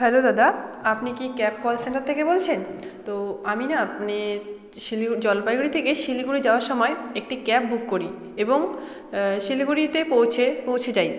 hello দাদা আপনি কি ক্যাব কল সেন্টার থেকে বলছেন তো আমি না মানে শিলিগু জলপাইগুড়ি থেকে শিলিগুড়ি যাওয়ার সময় একটি ক্যাব বুক করি এবং শিলিগুড়িতে পৌঁছে পৌঁছে যাই